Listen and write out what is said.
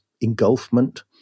engulfment